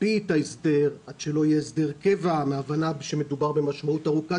הקפיא את ההסדר עד שלא יהיה הסדר קבע מהבנה שמדובר במשמעות ארוכת